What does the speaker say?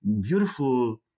beautiful